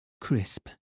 Crisp